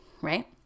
right